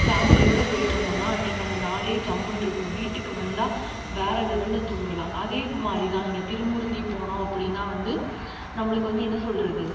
ஃபேமிலியோடு போய்விட்டு வந்தோனால் அன்றைக்கி அந்த நாளே ஜம்முனு இருக்கும் வீட்டுக்கு வந்தால் வேறு லெவலில் தூங்கலாம் அதேமாதிரி தான் இங்கே திருமூர்த்தி போனோம் அப்படினா வந்து நம்மளுக்கு வந்து என்ன சொல்வது